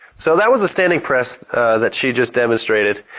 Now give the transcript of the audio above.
so, that was a standing press that she just demonstrated.